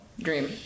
Dream